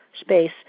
space